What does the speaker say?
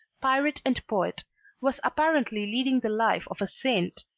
pirate and poet was apparently leading the life of a saint,